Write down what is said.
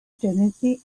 tennessee